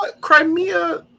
Crimea